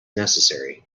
necessary